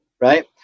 Right